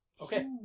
Okay